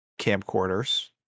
camcorders